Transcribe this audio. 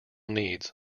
needs